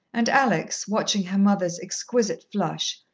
and alex, watching her mother's exquisite flush,